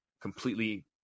completely